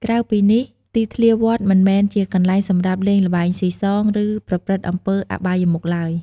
ក្រៅពីនេះទីធ្លាវត្តមិនមែនជាកន្លែងសម្រាប់លេងល្បែងស៊ីសង ឬប្រព្រឹត្តអំពើអបាយមុខឡើយ។